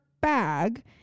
bag